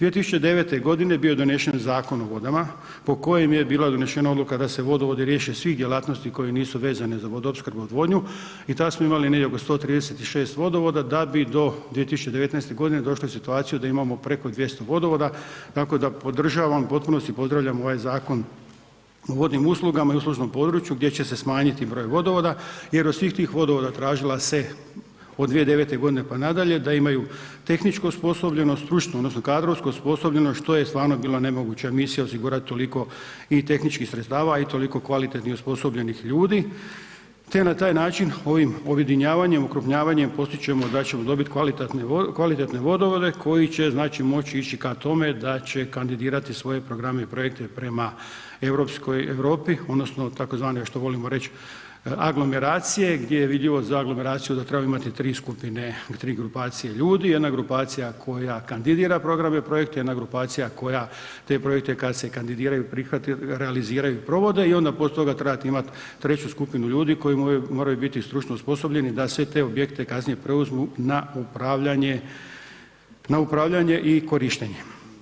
2009.g. bio je donesen Zakon o vodama po kojem je bila donesena odluka da se vodovodi riješe svih djelatnosti koje nisu vezane za vodoopskrbu i odvodnju i tad smo imali negdje oko 136 vodovoda da bi do 2019.g. došli u situaciju da imamo preko 200 vodovoda, tako da podržavam i u potpunosti pozdravljam ovaj Zakon o vodnim uslugama i uslužnom području gdje će se smanjiti broj vodovoda jer od svih tih vodovoda tražila se od 2009.g. pa nadalje, da imaju tehničku osposobljenost, stručnu odnosno kadrovsku osposobljenost, što je stvarno bila nemoguća misija osigurat toliko i tehničkih sredstava i toliko kvalitetnih osposobljenih ljudi, te na taj način ovim objedinjavanjem, okrupnjavanjem, postići ćemo da ćemo dobiti kvalitetne vodovode koji će, znači moći ići ka tome da će kandidirati svoje programe i projekte prema europskoj Europi odnosno tzv. što volimo reć, aglomeracije, gdje je vidljivo za aglomeraciju da trebamo imati 3 skupine ili 3 grupacije ljudi, jedna grupacija koja kandidira programe i projekte, jedna grupacija koja te projekte kad se kandidiraju i prihvate, realiziraju i provode i onda poslije toga trebate imat treću skupinu ljudi koji moraju biti stručno osposobljeni da sve te objekte kasnije preuzmu na upravljanje, na upravljanje i korištenje.